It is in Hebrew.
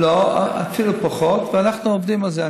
אפילו פחות, ואנחנו עובדים על זה.